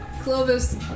Clovis